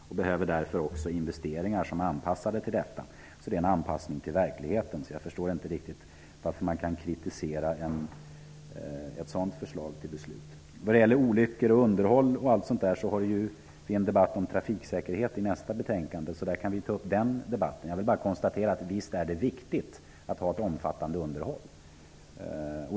Man behöver göra investeringar som är anpassade till detta. Det är således en anpassning till verkligheten. Jag förstår inte riktigt hur man kan kritisera ett sådant förslag. Nästa betänkande som vi skall behandla gäller trafiksäkerheten. Då kan vi ta upp en diskussion om olyckor och underhåll av vägar. Jag vill bara konstatera att visst är det viktigt med ett omfattande underhåll.